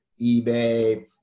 eBay